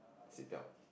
seat belt